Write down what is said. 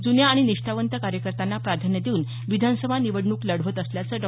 जुन्या आणि निष्ठावंत कार्यकर्त्यांना प्राधान्य देऊन विधानसभा निवडणूक लढवत असल्याचे डॉ